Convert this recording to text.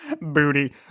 Booty